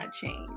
change